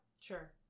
Sure